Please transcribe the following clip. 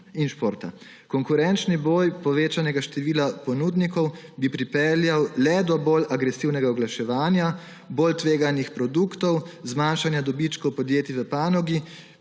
in športa. Konkurenčni boj povečanega števila ponudnikov bi pripeljal le do bolj agresivnega oglaševanja, bolj tveganih produktov, zmanjšanja dobičkov podjetij v panogi,